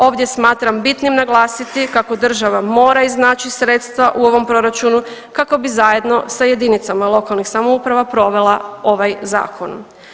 Ovdje smatram bitni naglasiti kako država mora iznaći sredstva u ovom proračunu kako bi zajedno sa jedinicama lokalnih samouprava provela ovaj zakon.